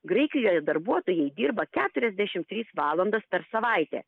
graikijoje darbuotojai dirba keturiasdešimt tris valandas per savaitę